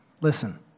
Listen